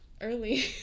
early